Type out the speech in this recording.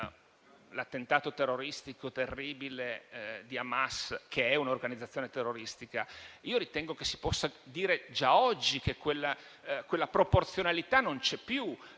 all'attentato terroristico terribile di Hamas, che è un'organizzazione terroristica. Ma io ritengo che si possa dire che già oggi quella proporzionalità non c'è più.